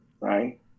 right